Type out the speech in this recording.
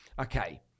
okay